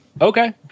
okay